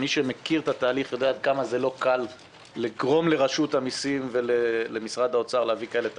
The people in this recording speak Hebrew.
יודע כמה זה לא קל לגרום לרשות המיסים ולמשרד האוצר להביא כאלה תקנות,